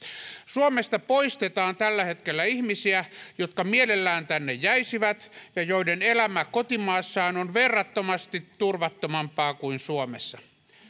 suomesta poistetaan tällä hetkellä ihmisiä jotka mielellään tänne jäisivät ja joiden elämä kotimaassaan on verrattomasti turvattomampaa kuin suomessa